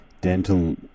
dental